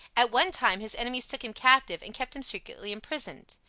at one time his enemies took him captive and kept him strictly imprisoned.